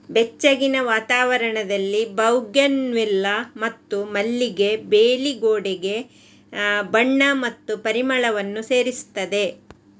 ಬೆಚ್ಚಗಿನ ವಾತಾವರಣದಲ್ಲಿ ಬೌಗೆನ್ವಿಲ್ಲಾ ಮತ್ತು ಮಲ್ಲಿಗೆ ಬೇಲಿ ಗೋಡೆಗೆ ಬಣ್ಣ ಮತ್ತು ಪರಿಮಳವನ್ನು ಸೇರಿಸುತ್ತದೆ